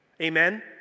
Amen